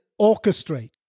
orchestrate